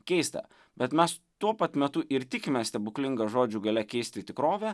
keista bet mes tuo pat metu ir tikime stebuklinga žodžių galia keisti tikrovę